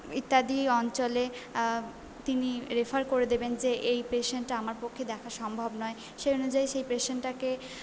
ইত্যাদি অঞ্চলে তিনি রেফার করে দেবেন যে এই পেশেন্টটা আমার পক্ষে দেখা সম্ভব নয় সেই অনুযায়ী সেই পেশেন্টটাকে